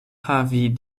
havi